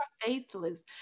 faithless